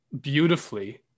beautifully